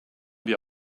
wir